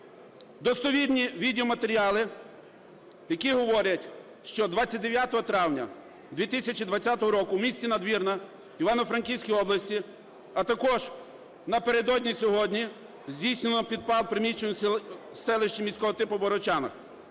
достовірні відеоматеріали, які говорять, що 29 травня 2020 року у місті Надвірна Івано-Франківської області, а також напередодні сьогодні, здійснено підпал приміщення в селищі міського типу Богородчани.